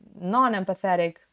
non-empathetic